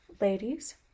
Ladies